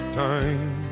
time